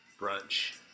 brunch